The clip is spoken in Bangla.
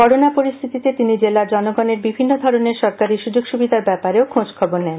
করোনা পরিস্থিতিতে তিনি জেলার জনগণের বিভিন্ন ধরনের সরকারি সুযোগ সুবিধার ব্যাপারে খোঁজ খবর নেন